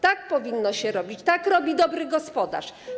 Tak powinno się robić, tak robi dobry gospodarz!